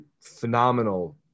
phenomenal –